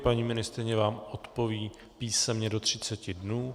Paní ministryně vám odpoví písemně do 30 dnů.